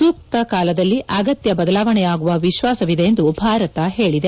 ಸೂಕ್ತ ಕಾಲದಲ್ಲಿ ಅಗತ್ಯ ಬದಲಾವಣೆಯಾಗುವ ವಿಶ್ವಾಸವಿದೆ ಎಂದು ಭಾರತ ಹೇಳಿದೆ